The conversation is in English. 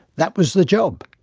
that was the job,